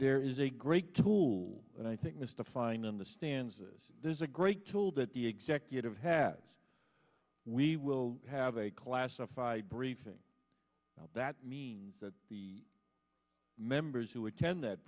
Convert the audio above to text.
there is a great tool and i think mystifying understands this there's a great tool that the executive has we will have a classified briefing that means that the members who attend that